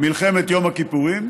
מלחמת יום הכיפורים,